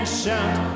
shout